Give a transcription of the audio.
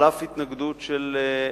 על אף התנגדות של רשויות.